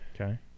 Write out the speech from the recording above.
Okay